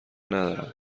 ندارم